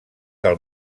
del